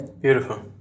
Beautiful